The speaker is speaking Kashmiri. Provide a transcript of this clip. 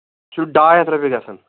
چھُ ڈاے ہَتھ رۄپیہِ گژھان